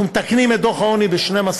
אנחנו מתקנים את דוח העוני ב-12%.